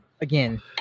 again